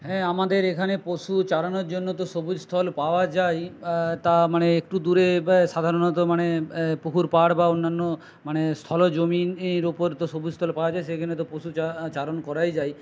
হ্যাঁ আমাদের এখানে পশু চরানোর জন্য তো সবুজ স্থল পাওয়া যায় তা মানে একটু দূরে সাধারণত মানে পুকুর পাড় বা অন্যান্য মানে স্থলজমিন এর উপর তো সবুজ স্থল পাওয়া যায় সেখানে তো পশু চারণ করাই যায়